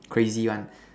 crazy one